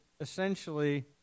essentially